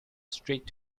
strict